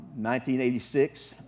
1986